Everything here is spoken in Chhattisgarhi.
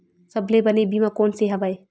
सबले बने बीमा कोन से हवय?